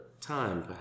time